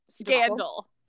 scandal